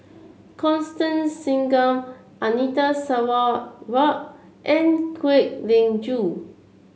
Constance Singam Anita Sarawak and Kwek Leng Joo